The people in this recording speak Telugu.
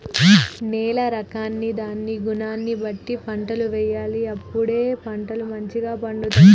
నేల రకాన్ని దాని గుణాన్ని బట్టి పంటలు వేయాలి అప్పుడే పంటలు మంచిగ పండుతాయి